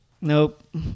Nope